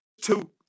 two